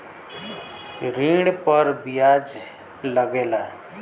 ऋण पर बियाज लगेला